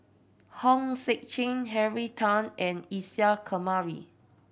Hong Sek Chern Henry Tan and Isa Kamari